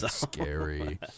scary